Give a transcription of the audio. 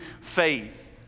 faith